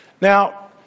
Now